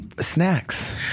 snacks